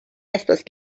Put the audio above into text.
estas